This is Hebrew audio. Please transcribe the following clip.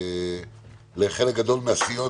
לחלק גדול מהסיעות,